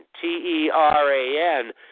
T-E-R-A-N